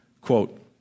quote